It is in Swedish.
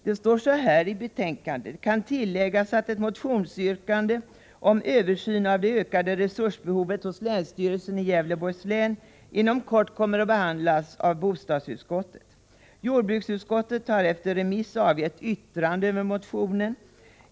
Det står så här i betänkandet: ”Det kan tilläggas att ett motionsyrkande om översyn av det ökade resursbehovet hos länsstyrelsen i Gävlebors län inom kort kommer att behandlas av bostadsutskottet. Jordbruksutskottet har efter remiss avgett yttrande över motionen ———.